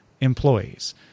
employees